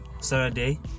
Saturday